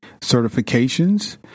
certifications